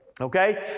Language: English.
Okay